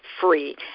free